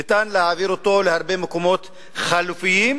ניתן להעביר להרבה מקומות חלופיים,